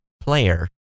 player